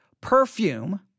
Perfume